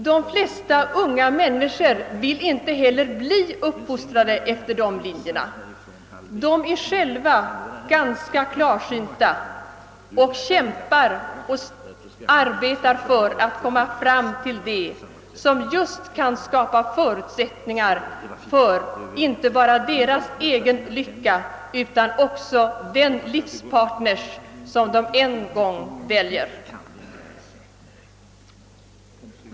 De flesta unga människor vill inte heller bli uppfostrade efter dessa linjer. De är själva ganska klarsynta, och de kämpar och arbetar för att komma fram till det som just kan skapa förutsättningar för inte bara deras egen lycka utan också den livspartner som de en gång väljer.